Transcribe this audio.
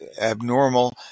abnormal